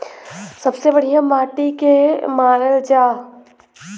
सबसे बढ़िया माटी के के मानल जा?